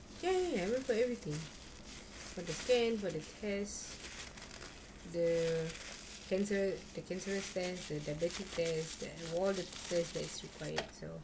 yes yes yes I went for everything for the scan for the test the cancer cancerous test the basic test and all the test that is required so